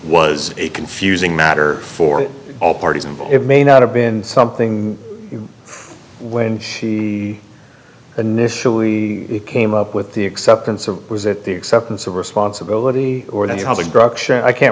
was a confusing matter for all parties and it may not have been something when she initially came up with the acceptance of was it the acceptance of responsibility or the i can't